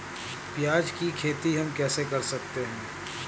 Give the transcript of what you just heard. प्याज की खेती हम कैसे कर सकते हैं?